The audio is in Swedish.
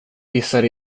pissar